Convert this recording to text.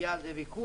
יהיה על זה ויכוח,